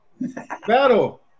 battle